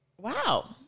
wow